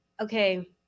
okay